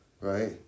right